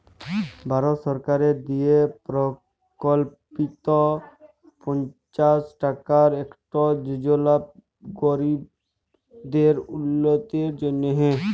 ভারত সরকারের দিয়ে পরকল্পিত পাঁচশ টাকার ইকট যজলা গরিবদের উল্লতির জ্যনহে